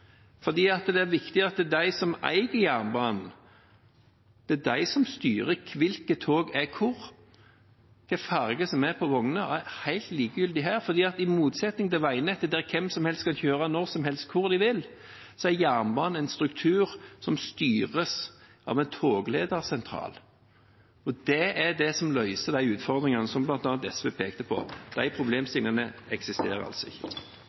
fordi det er viktig at de som eier jernbanen, er de som styrer hvilke tog som er hvor. Hvilken farge som er på vognene, er helt likegyldig her, for i motsetning til veinettet, der hvem som helst kan kjøre når som helst, hvor de vil, så er jernbanen en struktur som styres av en togledersentral, og det er det som løser de utfordringene som bl.a. SV pekte på. De problemstillingene eksisterer altså ikke.